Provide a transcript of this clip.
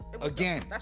Again